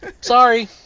Sorry